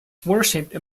worshipped